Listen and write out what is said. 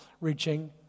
reaching